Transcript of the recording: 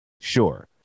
sure